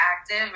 active